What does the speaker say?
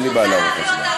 אין לי בעיה להעלות להצבעה.